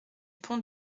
pont